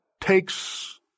takes